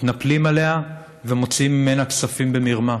מתנפלים עליה ומוציאים ממנה כספים במרמה.